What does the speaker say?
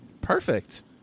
Perfect